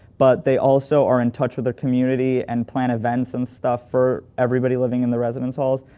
but they also are in touch with their community and plan events and stuff for everybody living in the residence halls.